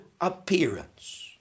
appearance